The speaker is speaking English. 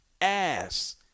ass